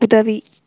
உதவி